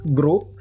group